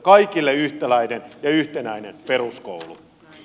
kaikille yhtäläinen ja yhtenäinen peruskoulu